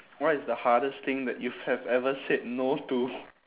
what is the hardest thing that you've have ever said no to